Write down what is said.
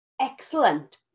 excellent